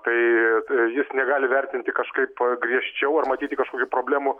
tai jis negali vertinti kažkaip griežčiau ar matyti kažkokių problemų